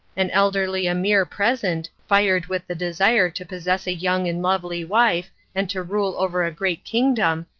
an elderly emir present, fired with the desire to possess a young and lovely wife and to rule over a great kingdom,